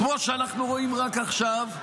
כמו שאנחנו רואים רק עכשיו,